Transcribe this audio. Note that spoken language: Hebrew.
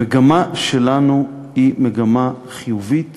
המגמה שלנו היא מגמה חיובית